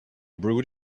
brewed